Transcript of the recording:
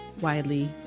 widely